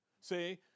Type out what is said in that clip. see